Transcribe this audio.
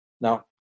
Now